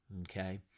Okay